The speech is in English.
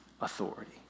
authority